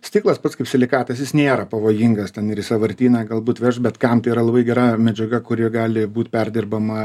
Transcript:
stiklas pats kaip silikatas jis nėra pavojingas ten ir į sąvartyną galbūt veš bet kam tai yra labai gera medžiaga kuri gali būti perdirbama